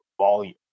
volume